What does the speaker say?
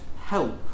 help